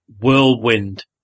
whirlwind